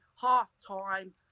half-time